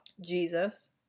Jesus